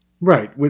Right